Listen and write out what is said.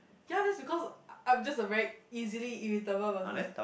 ya that's because I'm just a very easily irritable person